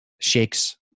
shakes